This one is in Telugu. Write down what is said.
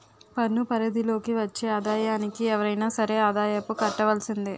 పన్ను పరిధి లోకి వచ్చే ఆదాయానికి ఎవరైనా సరే ఆదాయపు కట్టవలసిందే